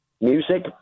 Music